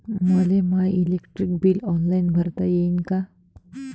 मले my electric bill online भरता येईन का?